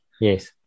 yes